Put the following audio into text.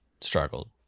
struggled